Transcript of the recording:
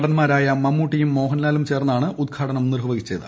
നടന്മാരായ മമ്മൂട്ടിയും മോഹൻലാലും ചേർന്നാണ് ഉദ്ഘാടനം നിർവ്വഹിച്ചത്